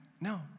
No